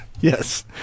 yes